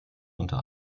unter